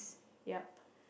yup